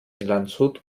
landshut